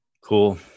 Cool